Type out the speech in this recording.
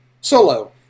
solo